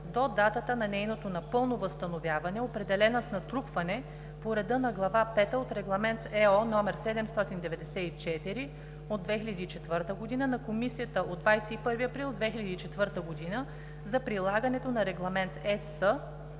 до датата на нейното напълно възстановяване, определена с натрупване по реда на глава V от Регламент (EO) № 794/2004 на Комисията от 21 април 2004 г. за прилагането на Регламент (ЕС)